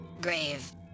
Grave